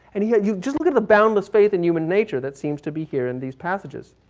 and here you, just look at the boundless faith in human nature that seems to be here in these passages.